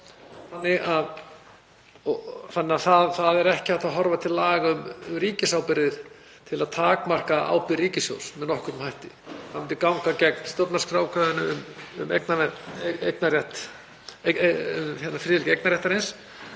þannig að það er ekki hægt að horfa til laga um ríkisábyrgðir til að takmarka ábyrgð ríkissjóðs með nokkrum hætti. Það myndi ganga gegn stjórnarskrárákvæðinu um friðhelgi eignarréttarins.